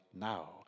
now